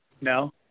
No